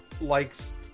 likes